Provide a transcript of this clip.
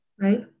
right